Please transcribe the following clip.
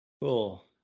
Cool